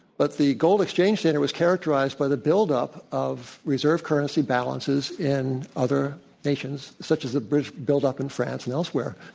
but the gold exchange standard was characterized by the buildup of reserve currency balances in other nations such as the british buildup in france and elsewhere.